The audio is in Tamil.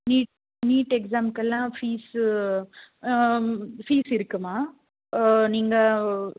நீட் நீட் எக்ஸாமுக்குலான் ஃபீஸ்ஸு ஃபீஸ் இருக்குமா நீங்கள்